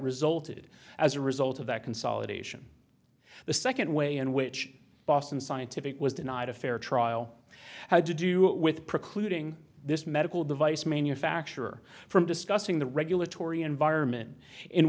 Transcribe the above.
resulted as a result of that consolidation the second way in which boston scientific was denied a fair trial had to do with precluding this medical device manufacturer from discussing the regulatory environment in